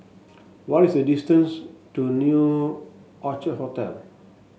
what is the distance to New Orchid Hotel